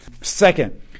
Second